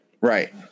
Right